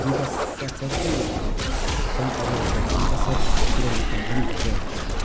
बिकास साथ साथै अब संसारलाई एउटा असर पुऱ्याउने काम पनि भइरहेको छ